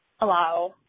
allow